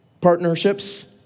partnerships